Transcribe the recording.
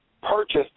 purchased